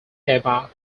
emma